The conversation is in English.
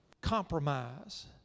Compromise